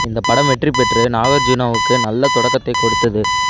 இந்த படம் வெற்றி பெற்று நாகார்ஜுனாவுக்கு நல்ல தொடக்கத்தைக் கொடுத்தது